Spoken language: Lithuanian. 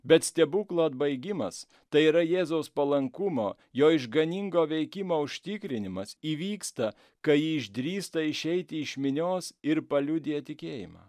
bet stebuklo atbaigimas tai yra jėzaus palankumo jo išganingo veikimo užtikrinimas įvyksta kai ji išdrįsta išeiti iš minios ir paliudija tikėjimą